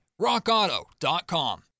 RockAuto.com